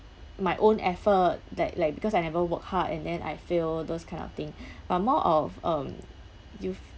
my own effort that like because I never work hard and then I fail those kind of thing but more of um you've